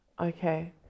Okay